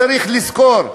צריך לזכור,